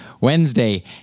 Wednesday